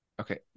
Okay